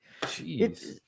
Jeez